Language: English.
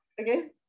Okay